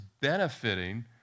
benefiting